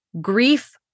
grief